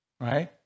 right